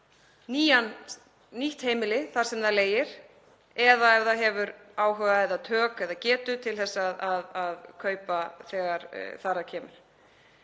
sér nýtt heimili sem það leigir eða, ef það hefur áhuga eða tök eða getu til, að kaupa þegar þar að kemur.